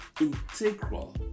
integral